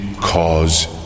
cause